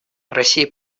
россия